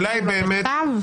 בכתב?